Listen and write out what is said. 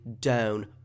down